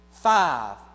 five